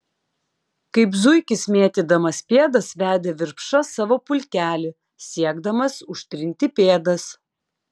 kaip zuikis mėtydamas pėdas vedė virpša savo pulkelį siekdamas užtrinti pėdas